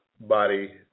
body